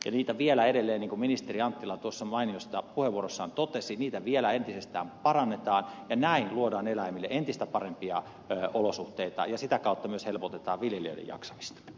niitä vielä edelleen niin kuin ministeri anttila tuossa mainiossa puheenvuorossaan totesi entisestään parannetaan ja näin luodaan eläimille entistä parempia olosuhteita ja sitä kautta myös helpotetaan viljelijöiden jaksamista